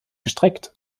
gestreckt